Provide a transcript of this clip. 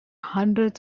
hundreds